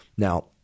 Now